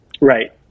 Right